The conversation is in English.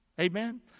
Amen